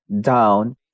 down